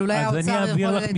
אבל אולי האוצר יכול לתקן אותי.